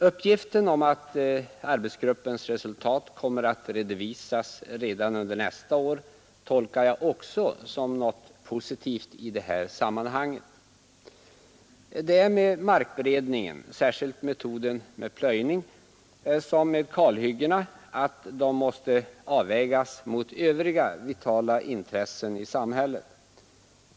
Uppgiften om att arbetsgruppens resultat kommer att redovisas redan under nästa år tolkar jag också som något positivt i det här sammanhanget. Det är med markberedningen, med kalhyggena, att den måste avvägas mot övriga intressen i samhället.